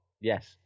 Yes